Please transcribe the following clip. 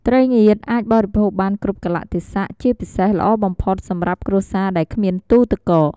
ត្រីងៀតអាចបរិភោគបានគ្រប់កាលៈទេសៈ ជាពិសេសល្អបំផុតសម្រាប់គ្រួសារដែលគ្មានទូទឹកកក។